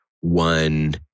one